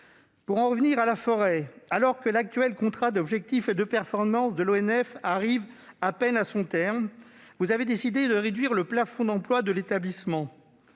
Pour en revenir à la forêt, alors que l'actuel contrat d'objectifs et de performance de l'ONF, l'Office national des forêts, arrive à peine à son terme, vous avez décidé de réduire le plafond d'emplois de l'établissement.